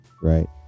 right